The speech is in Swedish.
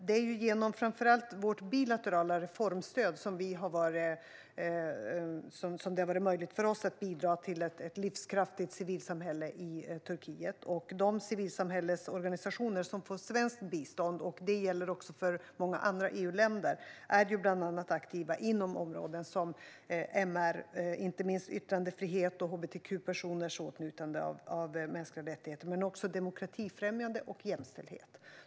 Det är framför allt genom vårt bilaterala reformstöd som det har varit möjligt för oss att bidra till ett livskraftigt civilsamhälle i Turkiet. De civilsamhällesorganisationer som får svenskt bistånd - och detta gäller också för många andra EU-länder - är bland annat aktiva inom områden som MR. Det gäller inte minst yttrandefrihet och hbtq-personers åtnjutande av mänskliga rättigheter, men också demokratifrämjande och jämställdhet.